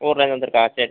ஊரிலிரிந்து வந்துருக்கா சரி